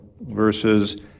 verses